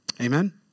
Amen